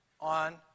on